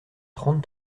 trente